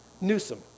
Newsom